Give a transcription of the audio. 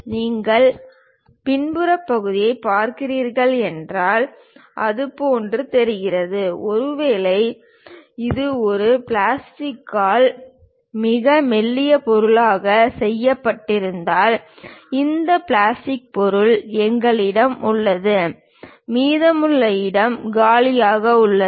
நீங்கள் பின்புற பகுதியைப் பார்க்கிறீர்கள் என்றால் அது போல் தெரிகிறது ஒருவேளை இது ஒரு பிளாஸ்டிக்கால் மிக மெல்லிய பொருளால் செய்யப்பட்டிருந்தால் இந்த பிளாஸ்டிக் பொருள் எங்களிடம் உள்ளது மீதமுள்ள இடம் காலியாக உள்ளது